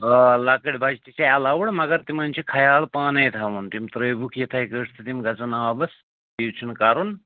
آ لۄکٕٹۍ بچہٕ تہٕ چھِ اٮ۪لاوُڈ مگر تِمَن چھِ خیال پانَے تھاوُن تِم ترٛٲیوُکھ یِتھَے کٲٹھۍ تہٕ تِم گژھَن آبس تِی چھُنہٕ کَرُن